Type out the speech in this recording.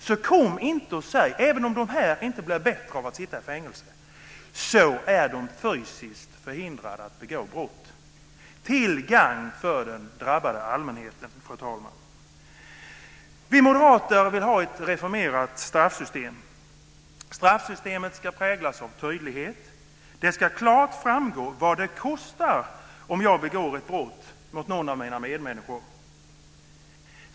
Även om dessa brottslingar inte blir bättre av att sitta i fängelse så är de fysiskt förhindrade att begå brott, till gagn för den drabbade allmänheten, fru talman. Vi moderater vill ha ett reformerat straffsystem. Straffsystemet ska präglas av tydlighet. Det ska klart framgå vad det kostar om man begår ett brott mot någon av sina medmänniskor.